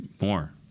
more